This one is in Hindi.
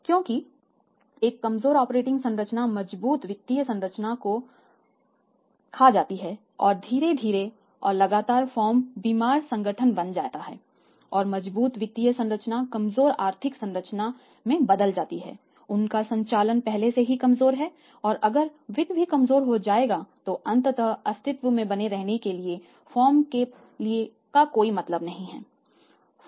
क्योंकि एक कमजोर ऑपरेटिंग संरचना मजबूत वित्तीय संरचना को दूर खा जाएगी और धीरे धीरे और लगातार फर्म बीमार संगठन बन जाएगी और मजबूत वित्तीय संरचना कमजोर आर्थिक संरचना बन जाएगी उनका संचालन पहले से ही कमजोर है और अगर वित्त भी कमजोर हो जाएगा तो अंततः अस्तित्व में बने रहने के लिए फर्म के लिए कोई मतलब नहीं है